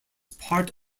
part